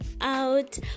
out